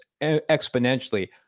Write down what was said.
exponentially